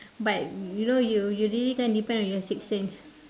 but you know you you really can't depend on your six sense